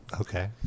Okay